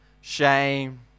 shame